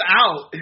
out